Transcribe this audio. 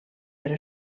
però